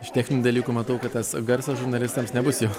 iš techninių dalykų matau kad tas garsas žurnalistams nebus jau